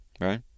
right